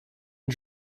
and